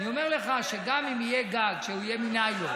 אני אומר לך שגם אם יהיה גג שיהיה מניילון